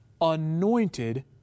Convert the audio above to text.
anointed